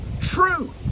true